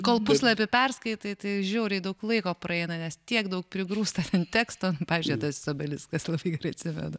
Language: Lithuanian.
kol puslapį perskaitai tai žiauriai daug laiko praeina nes tiek daug prigrūsta ten teksto pavyzdžiui juodasis obeliskas labai gerai atsimenu